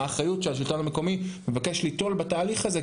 מה האחריות שהשלטון המקומי מבקש ליטול בתהליך הזה,